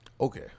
okay